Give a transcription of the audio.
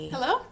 Hello